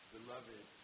Beloved